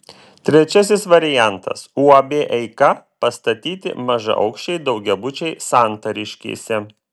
trečiasis variantas uab eika pastatyti mažaaukščiai daugiabučiai santariškėse